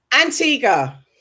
Antigua